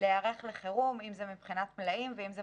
להיערך לחירום, אם זה מבחינת מלאים ואם זה